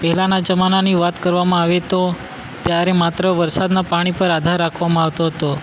પહેલાંના જમાનાની વાત કરવામાં આવે તો ત્યારે માત્ર વરસાદનાં પાણી પર આધાર રાખવામાં આવતો હતો